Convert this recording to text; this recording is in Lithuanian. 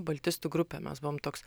baltistų grupė mes buvom toks